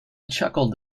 chuckled